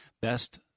best